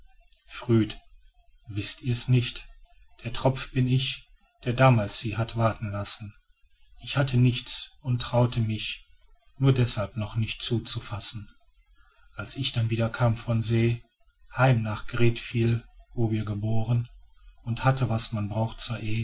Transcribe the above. wißt ihr's nicht der tropf bin ich der damals sie hat warten lassen ich hatte nichts und traute mich nur deßhalb noch nicht zuzufassen als ich dann wiederkam von see heim nach greetfiel wo wir geboren und hatte was man braucht